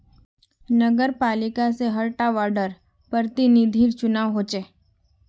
नगरपालिका से हर टा वार्डर प्रतिनिधिर चुनाव होचे